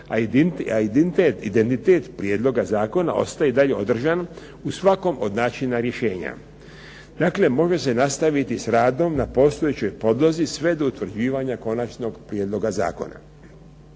a identitet prijedloga zakona ostaje i dalje održan u svakom od načina rješenja. Dakle, može se nastaviti s radom na postojećoj podlozi sve do utvrđivanja konačnog prijedloga zakona.